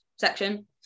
section